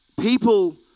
People